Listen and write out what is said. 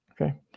okay